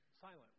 silent